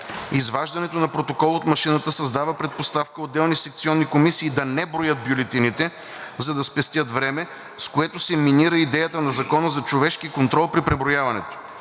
Изваждането на протокол от машината създава предпоставка, отделни секционни комисии да не броят бюлетините, за да спестят време, с което се минира идеята на закона за човешки контрол при преброяването.